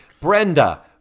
Brenda